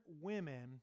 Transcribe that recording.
women